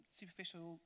superficial